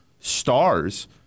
stars